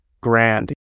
grand